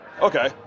Okay